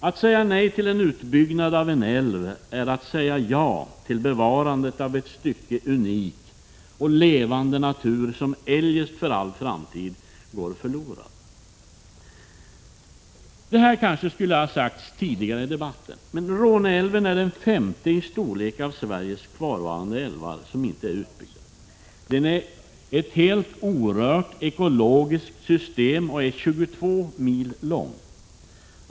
Att säga nej till en utbyggnad av en älv är att säga ja till bevarandet av ett stycke unik och levande natur som eljest för all framtid skulle gå förlorad. Det här kanske skulle ha sagts tidigare i debatten. Råne älv är den femte i storlek av Sveriges kvarvarande älvar som inte är utbyggda. Älven utgör ett helt orört ekologiskt system och är hela 22 mil lång.